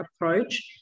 approach